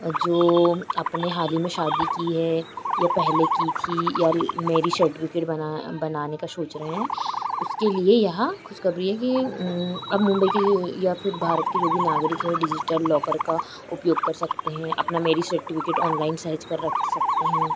और जो अपने हाल ही में शादी की है या पहले की थी या मेरी शर्टिफ़िकेट बना बनाने का सोच रहे हैं उसके लिए यह ख़ुशख़बरी है कि अब मुम्बई के जो या फिर भारत के जो भी नागरिक हैं वे डिजिटल लॉकर का उपयोग कर सकते हैं अपना मेरिज शर्टिफ़िकेट ऑनलाइन सहेज कर रख सकते हैं